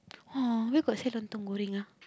oh where got sell lontong-goreng ah